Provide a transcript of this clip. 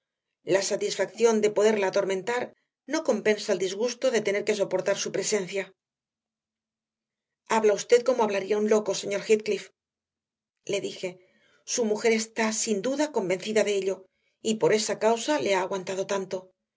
la satisfacción de poderla atormentar no compensa el disgusto de tener que soportar su presencia habla usted como hablaría un loco señor heathcliff le dije su mujer está sin duda convencida de ello y por esa causa le ha aguantado tanto